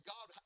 God